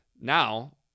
Now